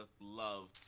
love